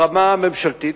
ברמה הממשלתית,